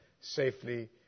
safely